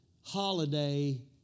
holiday